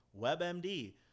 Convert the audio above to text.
WebMD